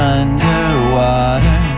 underwater